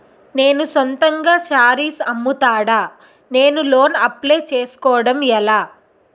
నేను సొంతంగా శారీస్ అమ్ముతాడ, నేను లోన్ అప్లయ్ చేసుకోవడం ఎలా?